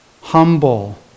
humble